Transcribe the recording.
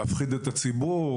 להפחיד את הציבור,